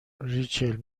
ریچل